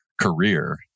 career